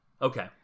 Okay